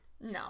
No